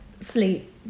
sleep